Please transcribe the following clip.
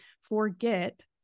forget